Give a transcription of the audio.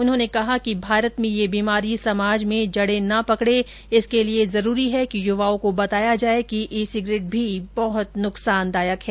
उन्होंने कहा कि भारत में ये बीमारी समाज में जड़े न पकड़े इसी के लिए जरुरी है कि युवाओं को बताया जाये कि ईसिगरेट भी बहुत नुकसानदायक है